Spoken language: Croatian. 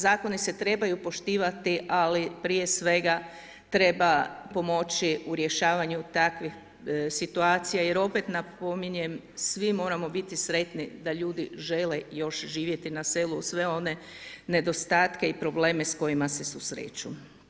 Zakoni se trebaju poštivati, ali prije svega treba pomoći u rješavanju takvih situacija, jer opet napominjem, svim moramo biti sretni da ljudi žele još živjeti na selu uz sve one nedostatke i probleme s kojima se susreću.